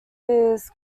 his